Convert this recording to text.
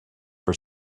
for